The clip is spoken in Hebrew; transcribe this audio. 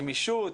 גמישות,